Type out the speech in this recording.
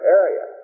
area